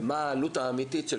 ומה העלות האמיתית.